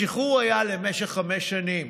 השחרור היה למשך חמש שנים.